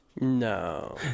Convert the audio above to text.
No